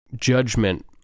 judgment